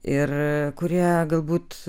ir kurie galbūt